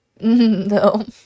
no